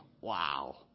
Wow